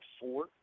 four